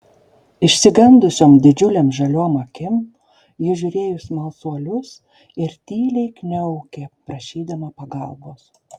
išsigandusiom didžiulėm žaliom akim ji žiūrėjo į smalsuolius ir tyliai kniaukė prašydama pagalbos